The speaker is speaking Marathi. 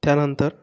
त्यानंतर